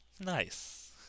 Nice